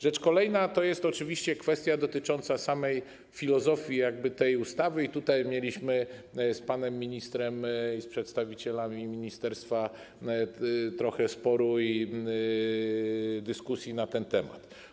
Rzecz kolejna to jest oczywiście kwestia dotycząca samej filozofii tej ustawy i tutaj mieliśmy z panem ministrem i z przedstawicielami ministerstwa pewien spór i trochę dyskusji na ten temat.